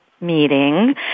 meeting